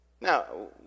Now